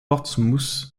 portsmouth